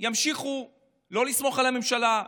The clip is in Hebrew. ימשיכו לא לסמוך על הממשלה,